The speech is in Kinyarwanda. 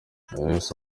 yahise